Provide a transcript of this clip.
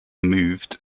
moved